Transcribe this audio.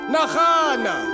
Nahana